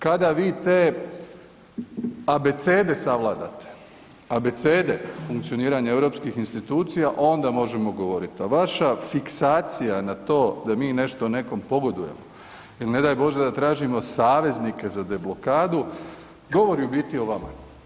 Kada vi te abecede savladate, abecede funkcioniranja europskih institucija onda možemo govoriti, a vaša fiksacija na to da mi nešto nekom pogodujemo il ne daj Bože da tražimo saveznike za deblokadu govori u biti o vama.